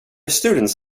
students